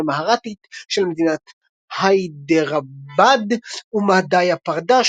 מראטהית של מדינת היידראבאד ומאדהיה פרדש,